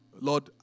Lord